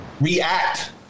react